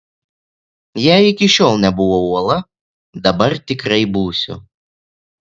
jei iki šiol nebuvau uola dabar tikrai būsiu